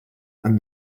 and